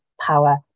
power